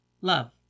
Love